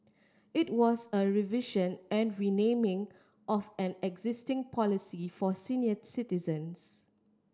it was a revision and renaming of an existing policy for senior citizens